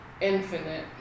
infinite